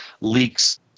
leaks